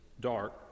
dark